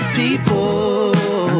people